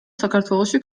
საქართველოში